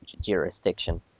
jurisdiction